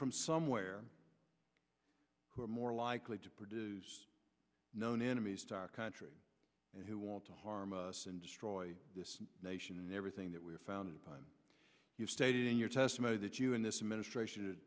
from somewhere who are more likely to produce known enemies to our country and who want to harm us and destroy this nation and everything that we are founded upon you stated in your testimony that you in this administration